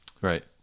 Right